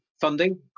Funding